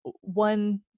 one